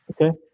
Okay